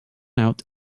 out